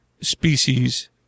species